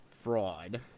fraud